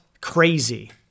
crazy